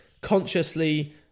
consciously